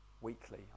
weekly